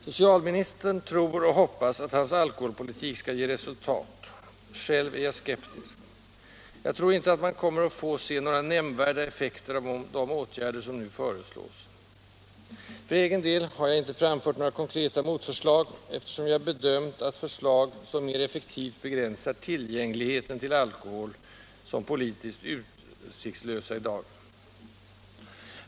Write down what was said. Socialministern tror och hoppas att hans alkoholpolitik skall ge resultat. Själv är jag skeptisk. Jag tror inte att man kommer att få några nämnvärda effekter av de åtgärder som nu föreslås. För egen del har jag inte framfört några konkreta motförslag, eftersom jag bedömt förslag som mera effektivt begränsar tillgängligheten till alkohol som politiskt utsiktslösa i dag.